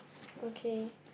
okay